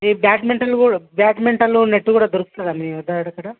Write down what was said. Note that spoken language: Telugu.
ఈ బ్యాడ్మింటన్లు కూడా బ్యాడ్మింటన్ నెట్ కూడా దొరుకుతుందా మీ వద్ద అక్కడ